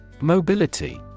Mobility